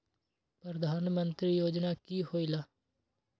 प्रधान मंत्री योजना कि होईला?